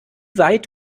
weit